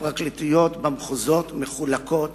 הפרקליטויות במחוזות מחולקות